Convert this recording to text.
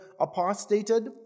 apostated